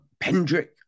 Pendrick